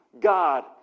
God